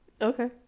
Okay